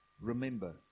Remember